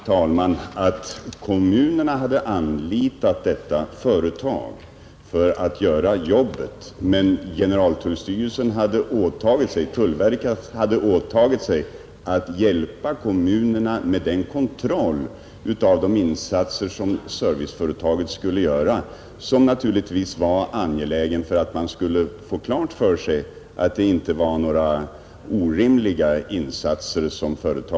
Herr talman! Läget var ju det, att kommunerna hade anlitat detta företag för saneringsarbetet, medan tullverket hade åtagit sig att hjälpa kommunerna med kontroll av de insatser som serviceföretaget skulle göra.